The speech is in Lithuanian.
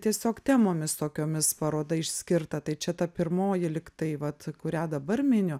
tiesiog temomis tokiomis paroda išskirta tai čia ta pirmoji lygtai vat kurią dabar miniu